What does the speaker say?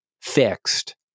fixed